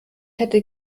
hätte